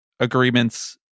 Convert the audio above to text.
agreements